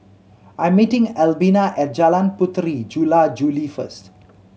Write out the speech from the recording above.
I am meeting Albina at Jalan Puteri Jula Juli first